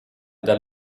dal